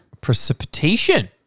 Precipitation